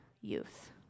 youth